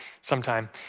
sometime